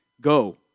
Go